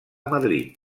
madrid